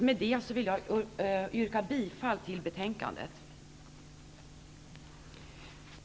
Med detta vill jag yrka bifall till utskottets hemställan.